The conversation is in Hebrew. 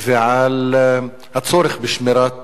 ועל הצורך בשמירת